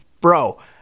Bro